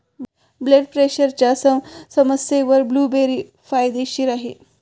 blood प्रेशरच्या समस्येवर blueberry फायदेशीर आहे